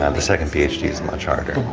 ah the second page is much harder.